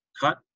cut